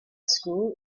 school